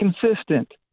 consistent